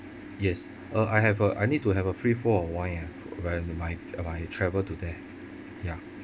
yes uh I have a I need to have a free pour of wine ah when my my travel to there ya